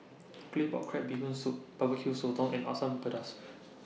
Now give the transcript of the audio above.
Claypot Crab Bee Hoon Soup Barbecue Sotong and Asam Pedas